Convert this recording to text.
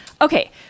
Okay